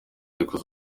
ariko